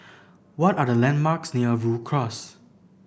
what are the landmarks near Rhu Cross